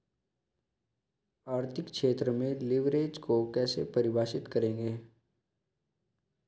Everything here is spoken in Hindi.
आर्थिक क्षेत्र में लिवरेज को कैसे परिभाषित करेंगे?